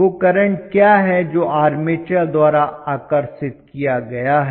वह करंट क्या है जो आर्मेचर द्वारा आकर्षित गया है